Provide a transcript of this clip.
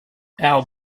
our